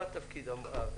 מה תפקידך?